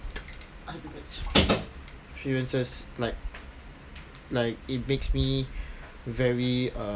experiences like like it makes me very uh